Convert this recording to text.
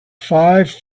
five